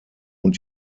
und